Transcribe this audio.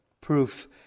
proof